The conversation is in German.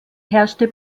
herrschte